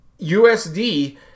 USD